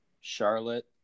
Charlotte